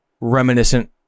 reminiscent